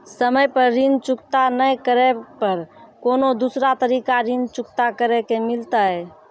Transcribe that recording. समय पर ऋण चुकता नै करे पर कोनो दूसरा तरीका ऋण चुकता करे के मिलतै?